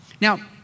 Now